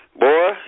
Boy